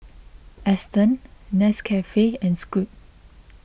Astons Nescafe and Scoot